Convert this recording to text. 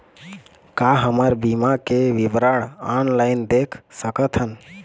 का हमर बीमा के विवरण ऑनलाइन देख सकथन?